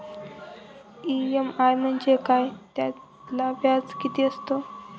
EMI म्हणजे काय? त्याला व्याज किती असतो?